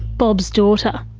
bob's daughter.